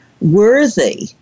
worthy